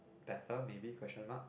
better maybe question mark